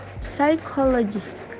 psychologist